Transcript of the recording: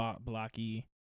blocky